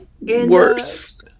Worse